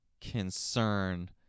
concern